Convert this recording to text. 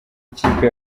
ikipe